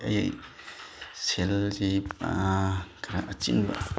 ꯑꯩ ꯁꯦꯜꯁꯤ ꯈꯔ ꯑꯆꯤꯟꯕ